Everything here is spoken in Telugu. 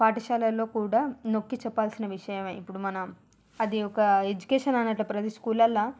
పాఠశాలలో కూడా నొక్కి చెప్పాల్సిన విషయమే ఇప్పుడు మనం అది ఒక ఎడ్యుకేషన్ అనేట్టా ప్రతి స్కూలల్లా